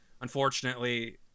unfortunately